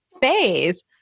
phase